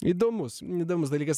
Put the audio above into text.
įdomus įdomus dalykas